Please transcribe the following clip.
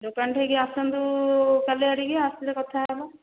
ଦୋକାନଠିକି ଆସନ୍ତୁ କାଲି ଆଡ଼ିକି ଆସିଲେ କଥା ହେବା